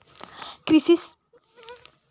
कृषि विशेषज्ञ के बारे मा कुछु बतावव?